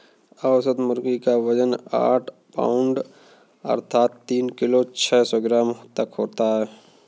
औसत मुर्गी क वजन आठ पाउण्ड अर्थात तीन किलो छः सौ ग्राम तक होता है